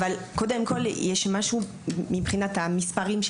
אבל קודם כל יש משהו שלא מסתדר לי מבחינת המספרים.